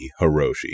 Hiroshi